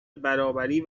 برابری